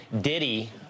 Diddy